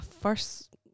first